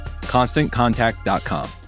Constantcontact.com